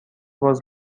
باز